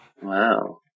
wow